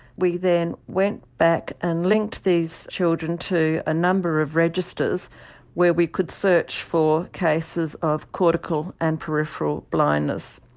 we then went back and linked these children to a number of registers where we could search for cases of cortical and peripheral blindness.